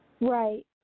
Right